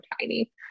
tiny